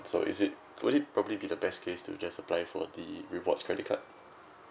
so is it would it probably be the best case to just apply for the rewards credit card